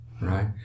right